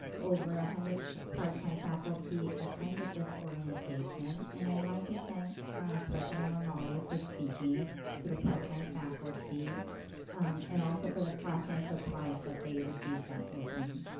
over one ah hundred part-time faculty attended this orientation and i'd like to thank president ramali for speaking to the part-time faculty and also for the classroom supplies that they received that evening.